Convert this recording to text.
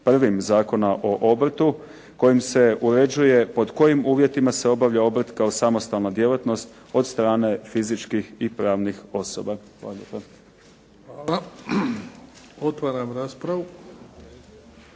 1. Zakona o obrtu kojim se uređuje pod kojim uvjetima se obavlja obrt kao samostalna djelatnost od strane fizičkih i pravnih osoba. Hvala lijepa.